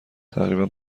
تقریبا